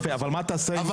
אבל,